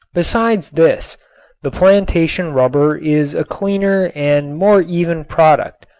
besides this the plantation rubber is a cleaner and more even product,